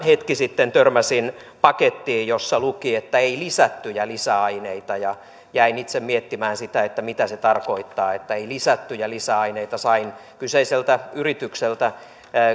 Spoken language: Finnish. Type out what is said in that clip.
hetki sitten törmäsin pakettiin jossa luki että ei lisättyjä lisäaineita ja jäin itse miettimään mitä se tarkoittaa että ei ole lisättyjä lisäaineita sain kyseiseltä yritykseltä